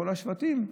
כל השבטים,